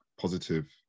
positive